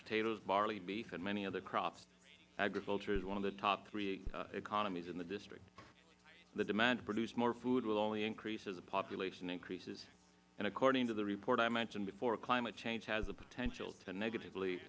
potatoes barley beef and many other crops agriculture is one of the top three economies in the district the demand to produce more food will only increase as the population increases and according to the report i mentioned before climate change has the potential to negatively